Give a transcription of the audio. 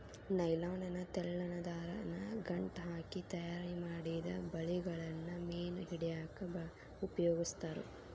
nylon ನ ತೆಳ್ಳನ ದಾರವನ್ನ ಗಂಟ ಹಾಕಿ ತಯಾರಿಮಾಡಿದ ಬಲಿಗಳನ್ನ ಮೇನ್ ಹಿಡ್ಯಾಕ್ ಉಪಯೋಗಸ್ತಾರ